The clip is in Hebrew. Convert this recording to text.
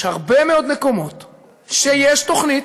יש הרבה מאוד מקומות שיש תוכנית.